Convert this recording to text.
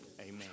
amen